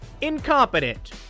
incompetent